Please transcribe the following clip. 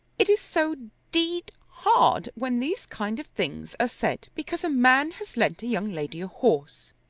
it is so d hard when these kind of things are said because a man has lent a young lady a horse.